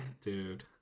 dude